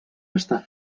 està